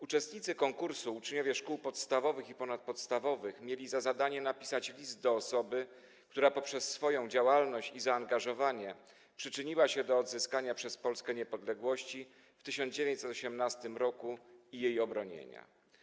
Uczestnicy konkursu, uczniowie szkół podstawowych i ponadpodstawowych mieli za zadanie napisać list do osoby, która poprzez swoją działalność i zaangażowanie przyczyniła się do odzyskania przez Polskę niepodległości w 1918 r. i jej obronienia.